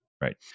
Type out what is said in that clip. Right